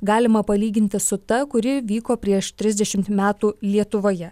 galima palyginti su ta kuri vyko prieš trisdešim metų lietuvoje